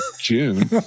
June